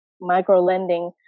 micro-lending